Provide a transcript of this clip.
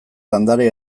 landare